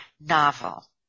novel